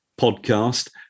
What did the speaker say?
podcast